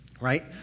Right